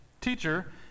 Teacher